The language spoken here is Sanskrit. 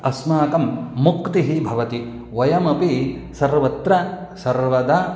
अस्माकं मुक्तिः भवति वयमपि सर्वत्र सर्वदा